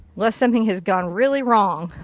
unless something has gone really wrong.